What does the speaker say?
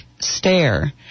stare